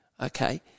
okay